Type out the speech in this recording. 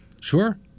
Sure